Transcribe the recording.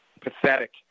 Pathetic